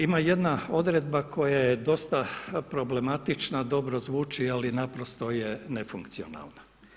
Ima jedna odredba koja je dosta problematična, dobro zvuči ali naprosto je nefunkcionalna.